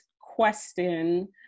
question